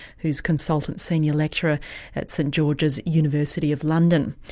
who's consultant senior lecturer at st george's university of london.